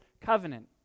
covenant